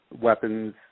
weapons